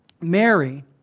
Mary